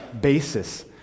basis